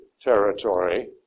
territory